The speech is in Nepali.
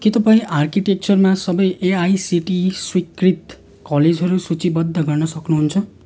के तपाईँँ आर्किटेक्चरमा सबै एआइसिटिई स्वीकृत कलेजहरू सूचीबद्ध गर्न सक्नुहुन्छ